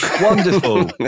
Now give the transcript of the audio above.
Wonderful